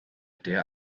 der